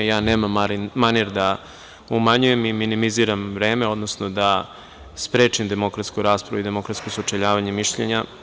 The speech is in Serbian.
Ja nemam manir da umanjujem i minimiziram vreme, odnosno da sprečim demokratsku raspravu i demokratsko sučeljavanje mišljenja.